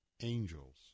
Angels